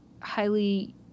highly